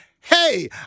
Hey